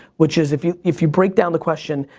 which is if you if you breakdown the question,